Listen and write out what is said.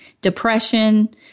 depression